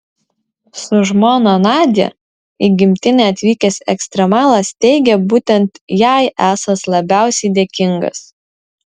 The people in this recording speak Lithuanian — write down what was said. su žmona nadia į gimtinę atvykęs ekstremalas teigė būtent jai esąs labiausiai dėkingas